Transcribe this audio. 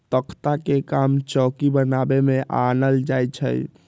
तकख्ता के काम चौकि बनाबे में आनल जाइ छइ